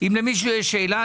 אם למישהו יש שאלה,